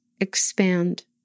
expand